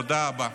תודה רבה.